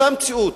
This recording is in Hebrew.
באותה מציאות,